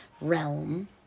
Realm